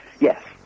Yes